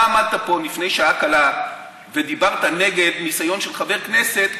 אתה עמדת פה לפני שעה קלה ודיברת נגד ניסיון של חבר כנסת,